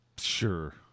Sure